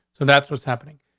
so that's what's happening.